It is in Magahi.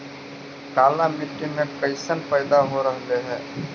काला मिट्टी मे कैसन पैदा हो रहले है?